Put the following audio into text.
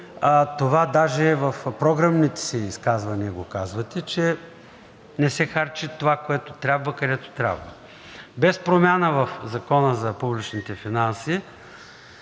това даже в програмните си изказвания го казвате, че не се харчи това, което трябва, където трябва. Без промяна в Закона за публичните финанси